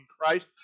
Christ